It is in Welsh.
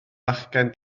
fachgen